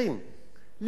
לילות לא ישנתי.